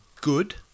good